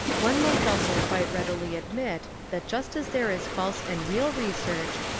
one must also quite readily admit that just as there is false and real research,